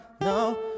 No